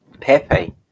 Pepe